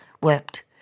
wept